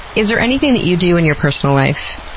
is there anything that you do in your personal life